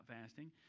fasting